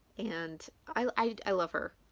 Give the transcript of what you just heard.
and i love her.